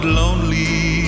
lonely